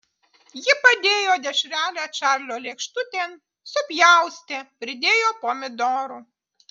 ji padėjo dešrelę čarlio lėkštutėn supjaustė pridėjo pomidorų